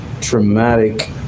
traumatic